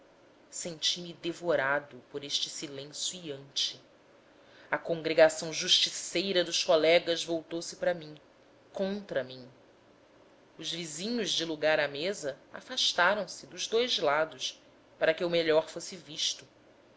abismo senti-me devorado por este silêncio hiante a congregação justiceira dos colegas voltou-se para mim contra mim os vizinhos de lagar à mesa afastaram-se dos dois lados para que eu melhor fosse visto